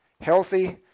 healthy